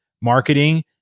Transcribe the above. marketing